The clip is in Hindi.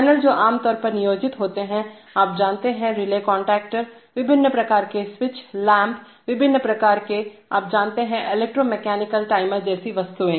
पैनल जो आमतौर पर नियोजित होते हैं आप जानते हैं रिलेकॉन्टैक्टर विभिन्न प्रकार के स्विच लैंप विभिन्न प्रकार के आप जानते हैं इलेक्ट्रोमैकेनिकल टाइमर जैसी वस्तुएं